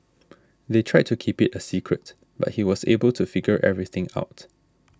they tried to keep it a secret but he was able to figure everything out